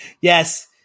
yes